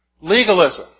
Legalism